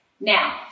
Now